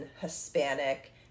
hispanic